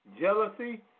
jealousy